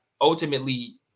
ultimately